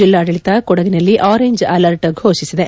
ಜಿಲ್ಲಾಡಳಿತ ಕೊಡಗಿನಲ್ಲಿ orange alert ಘೋಷಿಸಿದೆ